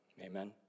Amen